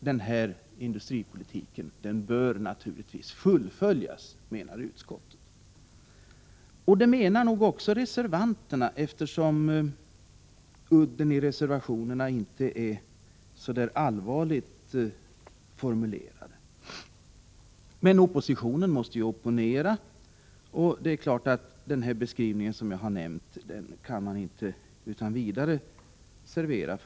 Denna industripolitik bör naturligtvis fullföljas, menar utskottet. Det menar nog också reservanterna, eftersom reservationerna inte är så allvarligt formulerade. Men oppositionen måste ju opponera, och då kan man naturligtvis inte bara servera den beskrivning jag har gjort.